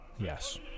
yes